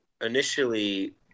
initially